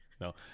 no